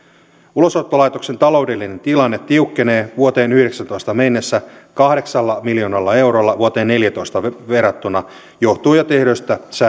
ulosottolaitoksen taloudellinen tilanne tiukkenee vuoteen yhdeksässätoista mennessä kahdeksalla miljoonalla eurolla vuoteen neljänätoista verrattuna johtuen jo tehdyistä